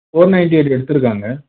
four ninety eight எடுத்துருக்காங்க